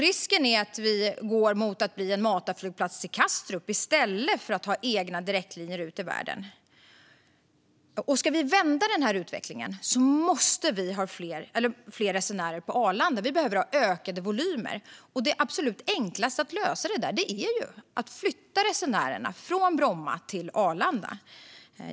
Risken är att vi går mot att Arlanda blir en matarflygplats till Kastrup i stället för att ha egna direktlinjer ut i världen. Ska vi vända den utvecklingen måste vi ha fler resenärer på Arlanda - vi behöver ha ökade volymer. Det absolut enklaste sättet att lösa det är att flytta resenärerna från Bromma till Arlanda.